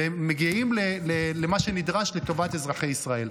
ומגיעים למה שנדרש לטובת אזרחי ישראל.